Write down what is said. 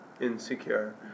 Insecure